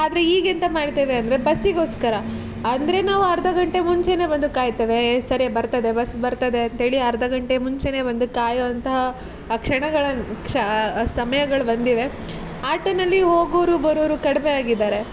ಆದರೆ ಈಗೆಂತ ಮಾಡ್ತೇವೆ ಅಂದರೆ ಬಸ್ಸಿಗೋಸ್ಕರ ಅಂದರೆ ನಾವು ಅರ್ಧಗಂಟೆ ಮುಂಚೆನೇ ಬಂದು ಕಾಯ್ತೇವೆ ಏಯ್ ಸರಿ ಬರ್ತದೆ ಬಸ್ ಬರ್ತದೆ ಅಂತೇಳಿ ಅರ್ಧಗಂಟೆ ಮುಂಚೆನೇ ಬಂದು ಕಾಯೋ ಅಂತಹ ಆ ಕ್ಷಣಗಳನ್ನು ಆ ಸಮಯಗಳು ಬಂದಿವೆ ಆಟೋನಲ್ಲಿ ಹೋಗೋವ್ರು ಬರೋವ್ರು ಕಡಿಮೆಯಾಗಿದಾರೆ